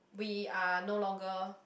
we are no longer